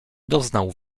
doznał